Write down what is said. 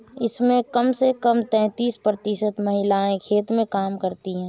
इसमें कम से कम तैंतीस प्रतिशत महिलाएं खेत में काम करती हैं